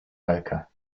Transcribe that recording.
poker